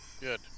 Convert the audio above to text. Good